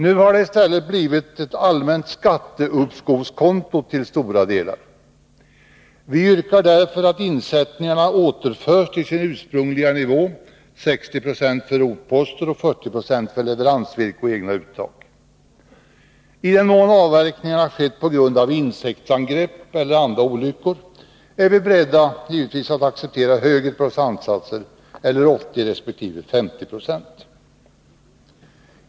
Nu har det i stället till stora delar blivit ett allmänt skatteuppskovskonto. Vi yrkar därför att insättningarna återförs till sin ursprungliga nivå, 60 90 för rotposter och 40 26 för leveransvirke och egna uttag. I den mån avverkningarna skett på grund av insektsangrepp eller andra olyckor är vi beredda att acceptera högre procentsatser eller 80 resp. 50 90.